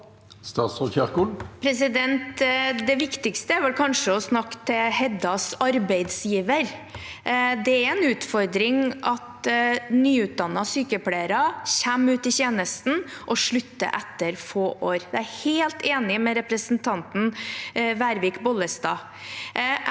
Det viktigste er vel kanskje å snakke til Heddas arbeidsgiver. Det er en utfordring at nyutdannede sykepleiere kommer ut i tjeneste og slutter etter få år. Der er jeg helt enig med representanten Vervik Bollestad.